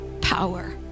power